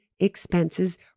Expenses